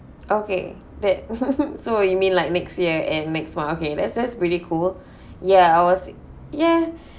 okay that so you mean like next year and next month okay that just really cool ya I was ya